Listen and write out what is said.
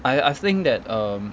I I think that um